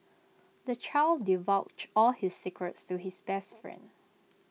the child divulged all his secrets to his best friend